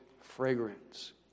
fragrance